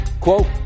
quote